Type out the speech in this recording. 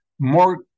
More